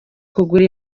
kugura